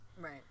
Right